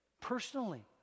personally